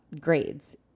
grades